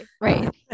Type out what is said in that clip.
Right